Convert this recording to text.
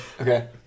Okay